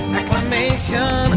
acclamation